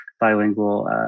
bilingual